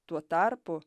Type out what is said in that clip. tuo tarpu